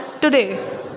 today